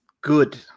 good